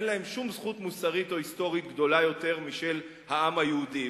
אין להם שום זכות מוסרית או היסטורית גדולה יותר מאשר לעם היהודי.